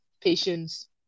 patience